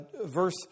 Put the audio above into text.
verse